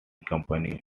company